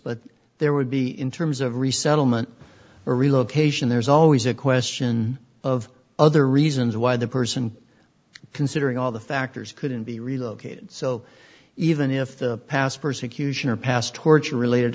but there would be in terms of resettlement or relocation there's always a question of other reasons why the person considering all the factors couldn't be relocated so even if the past persecution or past torture related